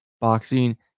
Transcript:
boxing